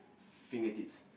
fingertips